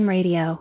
Radio